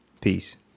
Peace